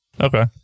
Okay